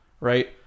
Right